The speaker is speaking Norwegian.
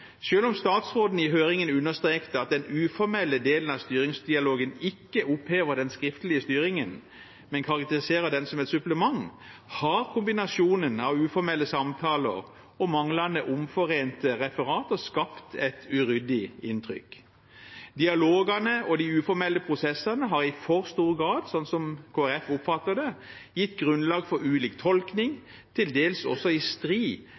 om statsråden i høringen understrekte at den uformelle delen av styringsdialogen ikke opphever den skriftlige styringen, men karakteriserer den som et supplement, har kombinasjonen av uformelle samtaler og manglende omforente referater skapt et uryddig inntrykk. Dialogene og de uformelle prosessene har i for stor grad, slik Kristelig Folkeparti oppfatter det, gitt grunnlag for ulik tolkning, til dels også i strid